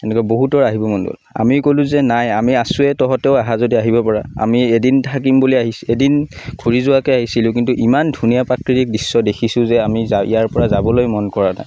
তেনেকৈ বহুতৰ আহিবৰ মন গ'ল আমি ক'লো যে নাই আমি আছোঁৱে তহঁতেও আহা যদি আহিব পাৰা আমি এদিন থাকিম বুলি আহি এদিন ঘূৰি যোৱাকে আহিছিলোঁ কিন্তু ইমান ধুনীয়া প্ৰাকৃতিক দৃশ্য দেখিছোঁ যে আমি ইয়াৰ পৰা যাবলৈ মন কৰা নাই